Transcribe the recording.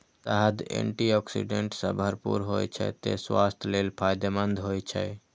शहद antioxidant सं भरपूर होइ छै, तें स्वास्थ्य लेल फायदेमंद होइ छै